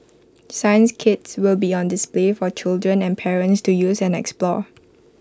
science kits will be on display for children and parents to use and explore